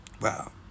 Wow